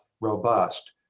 robust